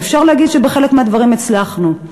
ואפשר להגיד שבחלק מהדברים הצלחנו.